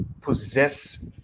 possess